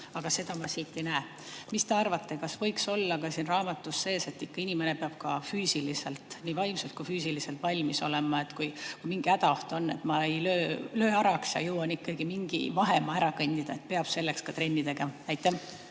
Aga seda ma siit ei näe. Mis te arvate, kas võiks olla siin raamatus sees, et inimene peab ka füüsiliselt – nii vaimselt kui ka füüsiliselt – valmis olema, et kui mingi hädaoht on, siis ma ei löö araks ja jõuan mingi vahemaa ära kõndida, ja selleks peab ka trenni tegema? Aitäh,